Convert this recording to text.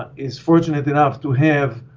is fortunate enough to have